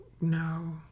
no